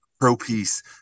pro-peace